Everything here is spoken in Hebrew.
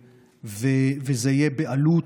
וזה יהיה בעלות,